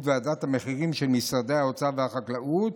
ועדת המחירים של משרדי האוצר והחקלאות.